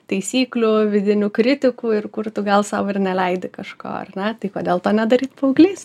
taisyklių vidinių kritikų ir kur tu gal sau ir neleidi kažko ar ne tai kodėl to nedaryt paaugliais